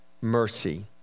mercy